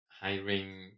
hiring